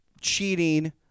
cheating